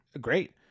Great